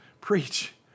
preach